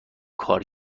کار